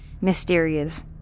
mysterious